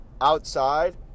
outside